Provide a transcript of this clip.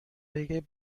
بگه